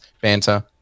banter